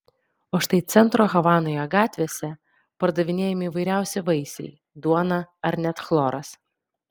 o štai centro havanoje gatvėse pardavinėjami įvairiausi vaisiai duona ar net chloras